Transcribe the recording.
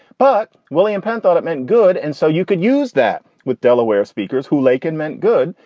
but william penn thought it meant good. and so you could use that with delaware speakers who laken meant good.